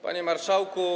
Panie Marszałku!